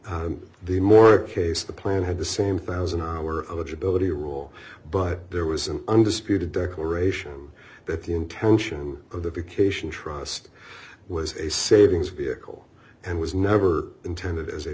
all the more case the plan had the same one thousand hour of a debility rule but there was an undisputed declaration that the intention of the vacation trust was a savings vehicle and was never intended as a